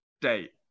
date